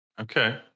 Okay